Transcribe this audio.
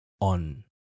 on